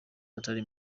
atari